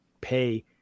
pay